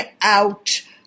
out